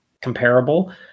comparable